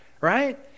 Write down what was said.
right